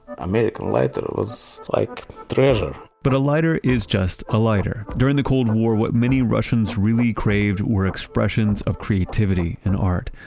american lighter, it was like treasure but a lighter is just a lighter. during the cold war, what many russians really craved were expressions of creativity and art,